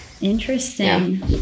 Interesting